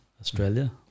Australia